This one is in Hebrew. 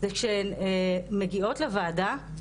זה כשהן מגיעות לוועדה,